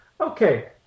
Okay